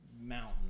mountain